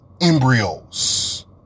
embryos